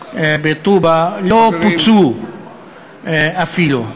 בטובא, לא פוצו אפילו.